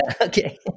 okay